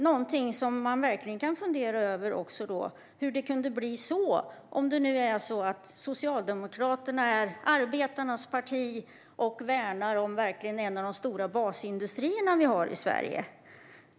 Någonting man verkligen kan fundera över är även hur det kunde bli så här om nu Socialdemokraterna är arbetarnas parti och verkligen värnar en av de stora basindustrier vi har i Sverige.